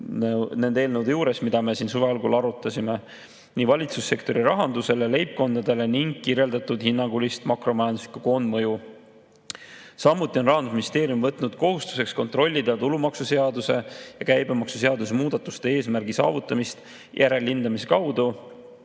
nende eelnõude juures, mida me siin suve algul arutasime – nii valitsussektori rahanduse kui leibkondade kohta. Selles on kirjeldatud hinnangulist makromajanduslikku koondmõju. Samuti on Rahandusministeerium võtnud kohustuseks kontrollida tulumaksuseaduse ja käibemaksuseaduse muudatuste eesmärgi saavutamist järelhindamise kaudu.